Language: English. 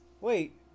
Wait